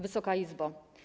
Wysoka Izbo!